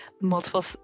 multiple